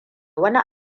wani